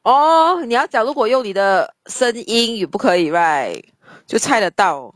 oh 你要讲如果用你的声音也不可以 right 就猜得到